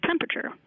temperature